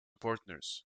partners